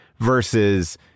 versus